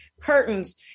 curtains